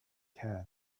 can